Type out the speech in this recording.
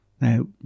Now